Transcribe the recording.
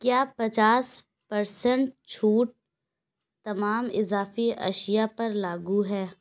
کیا پچاس پرسینٹ چھوٹ تمام اضافی اشیاء پر لاگو ہے